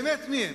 באמת, מי הם?